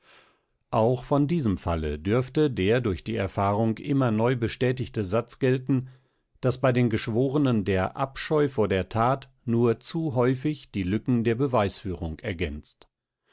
auch von diesem falle dürfte der durch die erfahrung immer neu bestätigte satz gelten daß bei den geschworenen der abscheu vor der tat nur zu häufig die lücken der beweisführung ergänzt